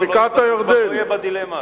בקעת-הירדן, איפה הדילמה?